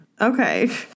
Okay